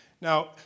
Now